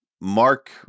Mark